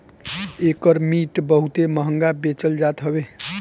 एकर meat बहुते महंग बेचल जात हवे